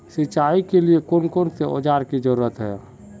सिंचाई के लिए कौन कौन से औजार की जरूरत है?